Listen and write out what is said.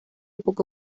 poco